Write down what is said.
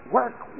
work